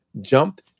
jumped